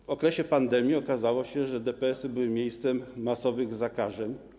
W okresie pandemii okazało się, że DPS-y były miejscem masowych zakażeń.